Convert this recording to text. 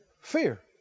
Fear